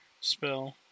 spell